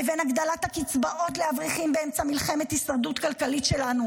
לבין הגדלת הקצבאות לאברכים באמצע מלחמת הישרדות כלכלית שלנו,